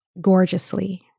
Gorgeously